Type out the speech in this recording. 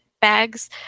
bags